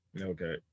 Okay